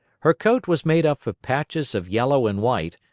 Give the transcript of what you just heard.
her coat was made up of patches of yellow and white,